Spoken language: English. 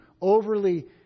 overly